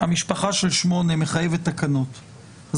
המשפחה של 8 מחייבת תקנות,